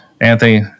Anthony